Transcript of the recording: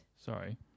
Sorry